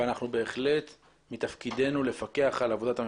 אבל בהחלט מתפקידנו לפקח על עבודת הממשלה,